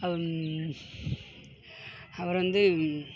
அப்புறம் வந்து